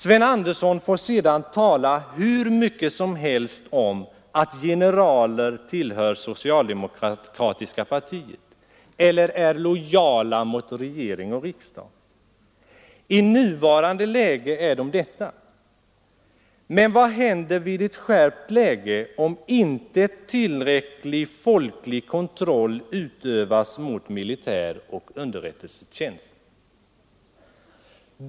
Sven Andersson får sedan tala hur mycket som helst om att generaler tillhör socialdemokratiska partiet eller är lojala mot regering och riksdag. I nuvarande läge är de det. Men vad händer vid ett skärpt läge om inte tillräcklig folklig kontroll utövas mot militär och underrättelsetjänst?